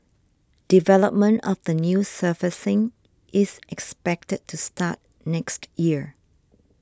development of the new surfacing is expected to start next year